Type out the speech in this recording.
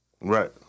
Right